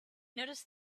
noticed